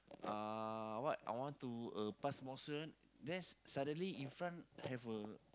uh what I want to uh pass motion then suddenly in front have a